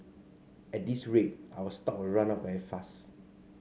at this rate our stock will run out very fast